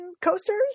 coasters